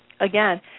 again